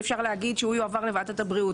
שאפשר להגיד שהוא יועבר לוועדת הבריאות,